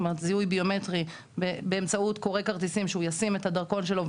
זאת אומרת זיהוי ביומטרי באמצעות קורא כרטיסים שהוא ישים את הדרכון שלו,